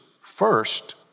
first